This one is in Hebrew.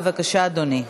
בבקשה, אדוני.